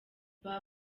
baba